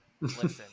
listen